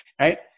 right